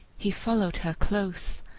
he followed her close,